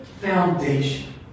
foundation